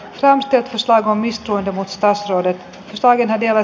transtechista onnistui ja mustasaari sai vielä